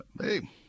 hey